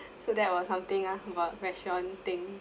so that was something ah about restaurant thing